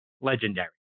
Legendary